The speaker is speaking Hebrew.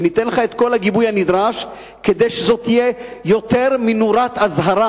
וניתן לך את כל הגיבוי הנדרש כדי שזאת תהיה יותר מנורת אזהרה.